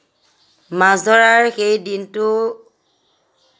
মাছ ধৰাৰ সেই দিনটো